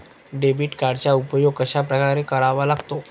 Debit कार्डचा उपयोग कशाप्रकारे करावा लागतो?